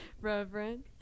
reverend